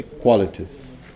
qualities